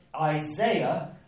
Isaiah